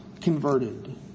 converted